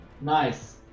Nice